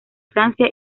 francia